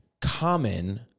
common